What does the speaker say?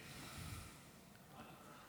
שלוש